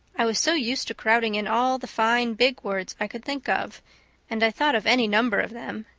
i was so used to crowding in all the fine big words i could think of and i thought of any number of them.